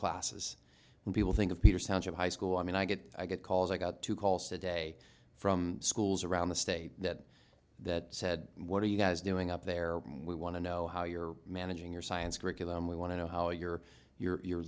classes when people think of peter central high school i mean i get i get calls i got two calls today from schools around the state that that said what are you guys doing up there we want to know how you're managing your science curriculum we want to know how your your